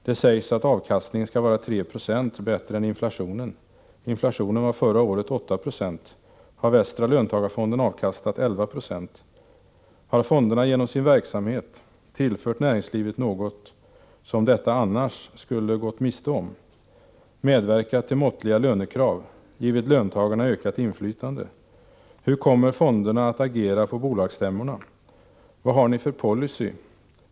Det sägs att avkastningen skall vara 3 procent bättre än inflationen. Inflationen var förra året 8 procent. Har Västra löntagarfonden avkastat 11 procent? e tillfört näringslivet något som detta annars skulle gått miste om? e medverkat till måttliga lönekrav? e givit löntagarna ökat inflytande? Hur kommer fonden att agera på bolagsstämmorna? Vad har ni för policy?